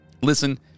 Listen